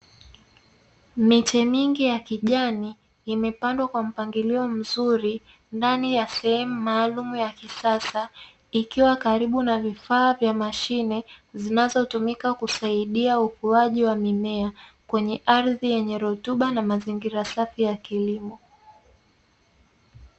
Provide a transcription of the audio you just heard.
Miche mingi ya kijani, imepandwa kwa mpangilio mzuri ndani ya sehemu maalumu ya kisasa, ikiwa karibu na vifaa vya mashine zinazotumika kusaidia ukuaji wa mimea kwenye ardhi yenye rutuba na mazingira safi ya kilimo.